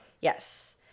Yes